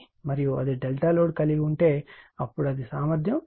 మరియు అది delta load కలిగి ఉంటే అప్పుడు అది సామర్థ్యం